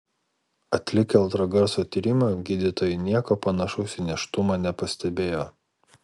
atlikę ultragarso tyrimą gydytojai nieko panašaus į nėštumą nepastebėjo